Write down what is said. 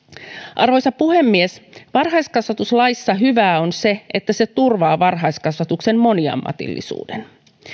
arvoisa puhemies varhaiskasvatuslaissa hyvää on se että se turvaa varhaiskasvatuksen moniammatillisuuden